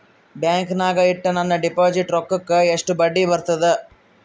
ಬ್ಯಾಂಕಿನಾಗ ಇಟ್ಟ ನನ್ನ ಡಿಪಾಸಿಟ್ ರೊಕ್ಕಕ್ಕ ಎಷ್ಟು ಬಡ್ಡಿ ಬರ್ತದ?